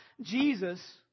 Jesus